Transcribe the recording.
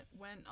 went